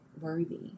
worthy